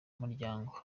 umuryango